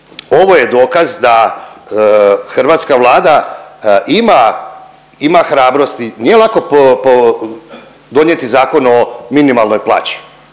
ovo je dokaz da hrvatska Vlada ima, ima hrabrosti. Nije lako po, po donijeti Zakon o minimalnoj plaći.